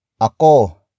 Ako